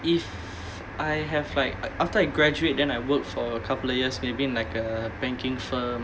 if I have like after I graduate then I work for a couple of years within like a banking firm